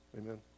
Amen